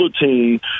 team